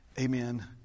amen